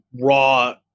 raw